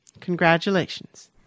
Congratulations